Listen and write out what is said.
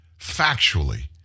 factually